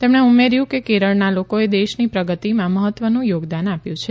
તેમણે ઉમેર્યુ કે કેરળના લોકોએ દેશની પ્રગતિમાં મહત્વનું યોગદાન આપ્યું છે